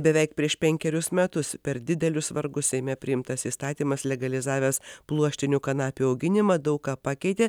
beveik prieš penkerius metus per didelius vargus seime priimtas įstatymas legalizavęs pluoštinių kanapių auginimą daug ką pakeitė